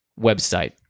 website